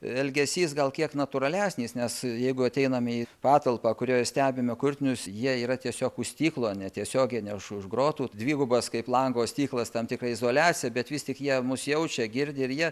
elgesys gal kiek natūralesnis nes jeigu ateiname į patalpą kurioje stebime kurtinius jie yra tiesiog už stiklo netiesiogiai neš už grotų dvigubas kaip lango stiklas tam tikra izoliacija bet vis tik jie mus jaučia girdi ir jie